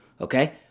okay